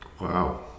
Wow